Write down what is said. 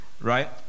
right